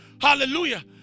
Hallelujah